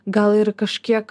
gal ir kažkiek